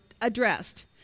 addressed